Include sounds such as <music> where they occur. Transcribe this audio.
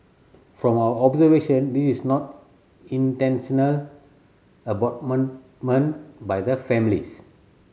from our observation this is not intentional abandonment <unintelligible> by the families